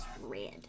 red